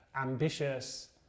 ambitious